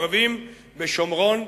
הערבים בשומרון,